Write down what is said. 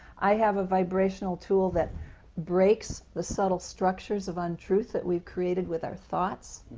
i have a vibrational tool that breaks the subtle structures of untruth that we've created with our thoughts.